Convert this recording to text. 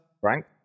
Frank